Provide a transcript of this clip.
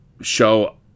show